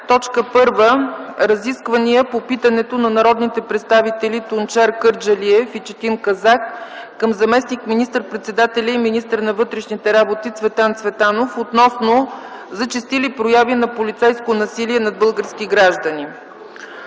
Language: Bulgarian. г., петък: Разисквания по питането на народните представители Тунчер Кърджалиев и Четин Казак към заместник министър-председателя и министър на вътрешните работи Цветан Цветанов относно зачестили прояви на полицейско насилие над български граждани.